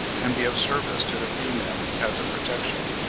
can be of service to the female as a protection.